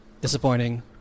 disappointing